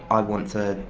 i want to,